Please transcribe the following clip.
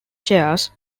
chairs